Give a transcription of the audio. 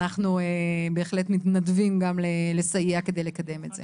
אנחנו בהחלט מתנדבים גם לסייע כדי לקדם את זה.